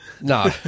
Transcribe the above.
No